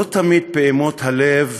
לא תמיד פעימות הלב